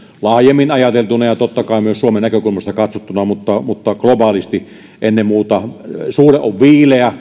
laajemmin ajateltuna ja totta kai myös suomen näkökulmasta katsottuna mutta mutta globaalisti ennen muuta suhde on viileä